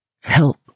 help